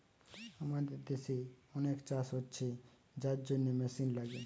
আমাদের দেশে অনেক চাষ হচ্ছে যার জন্যে মেশিন লাগে